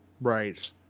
Right